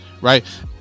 right